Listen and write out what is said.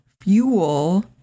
fuel